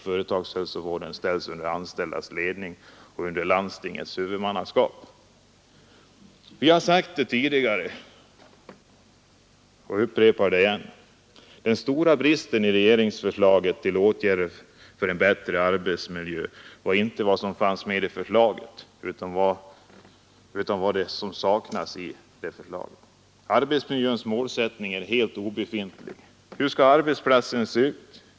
Företagshälsovården ställs under de anställdas ledning och under landstingets huvudmannaskap. Vi har sagt det tidigare och upprepar det igen — den stora bristen i regeringsförslaget till åtgärder för en bättre arbetsmiljö var inte vad som fanns med i förslaget utan vad som inte fanns med. Arbetsmiljöutredningens målsättning är helt obefintlig. Hur skall arbetsplatsen se ut?